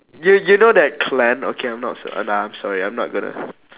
you you know that clan okay I'm not s~ nah I'm sorry I'm not gonna